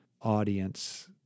audience